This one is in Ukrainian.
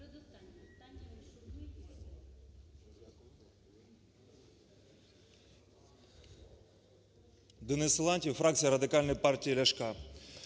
Денис Силантьєв, фракція Радикальної партії Ляшка.